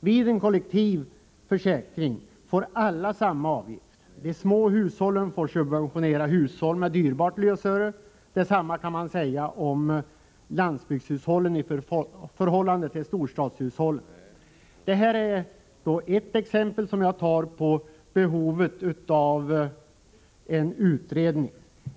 Vid en kollektiv försäkring får alla samma avgift. De små hushållen får då subventionera hushåll med dyrbart lösöre, och detsamma kan sägas om landsbygdshushållen i förhållande till storstadshushållen. Detta är ett exempel på behovet av en utredning.